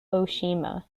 oshima